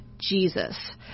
Jesus